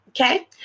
Okay